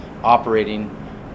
operating